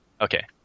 okay